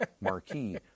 marquee